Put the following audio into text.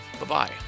Bye-bye